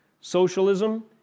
Socialism